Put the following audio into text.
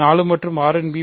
4 மற்றும் 6 இன் மி